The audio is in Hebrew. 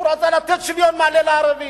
הוא רצה לתת שוויון מלא לערבים,